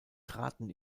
traten